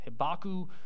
Hibaku